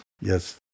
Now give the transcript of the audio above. Yes